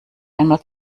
einmal